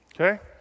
Okay